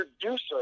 producer